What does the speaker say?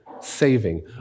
saving